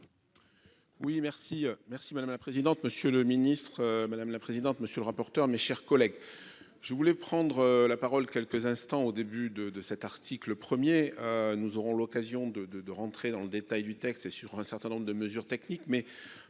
merci merci madame la présidente, monsieur le ministre, madame la présidente, monsieur le rapporteur. Mes chers collègues, je voulais prendre la parole quelques instants au début de, de cet article 1er. Nous aurons l'occasion de de de rentrer dans le détail du texte et sur un certain nombre de mesures techniques,